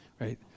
right